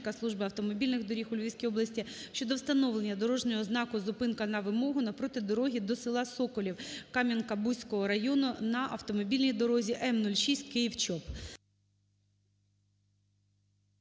Служби автомобільних доріг у Львівській області щодо встановлення дорожнього знаку "Зупинка на вимогу" навпроти дороги до села Соколів Кам'янка-Бузького району на автомобільній дорозі М-06 Київ